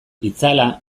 itzala